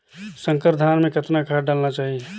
संकर धान मे कतना खाद डालना चाही?